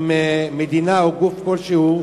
עם מדינה או גוף כלשהו,